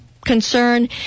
concern